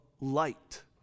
light